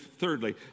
thirdly